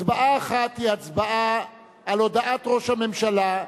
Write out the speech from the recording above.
הצבעה אחת היא הצבעה על הודעת ראש הממשלה,